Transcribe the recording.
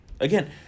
Again